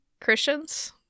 Christians